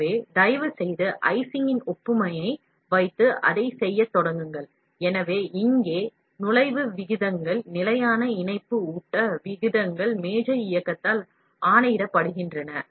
எனவே தயவுசெய்து ஐசிங்கின் ஒப்புமையை வைத்து அதைச் செய்யத் தொடங்குங்கள் எனவே இங்கே நுழைவு விகிதங்கள் நிலையான இணைப்பு ஊட்ட விகிதங்கள் மேஜை இயக்கத்தால் ஆணையிடப்படுகின்றன